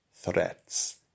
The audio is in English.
threats